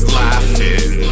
laughing